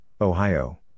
Ohio